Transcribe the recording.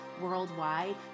worldwide